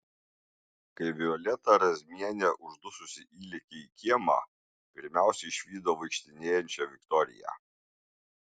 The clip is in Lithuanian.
kai violeta razmienė uždususi įlėkė į kiemą pirmiausia išvydo vaikštinėjančią viktoriją